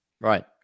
Right